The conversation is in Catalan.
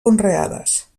conreades